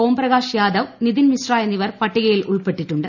ഓം പ്രകാശ് യാദവ് നിതീഷ് മിശ്ര എന്നിവർ പട്ടികയിൽ ഉൾപ്പെട്ടിട്ടുണ്ട്